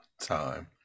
time